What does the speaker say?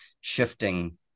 shifting